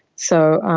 so